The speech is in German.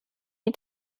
die